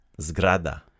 Zgrada